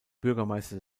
bürgermeister